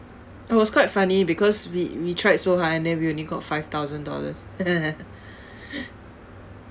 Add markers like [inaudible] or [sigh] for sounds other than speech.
it was quite funny because we we tried so hard and then we only got five thousand dollars [laughs] [breath]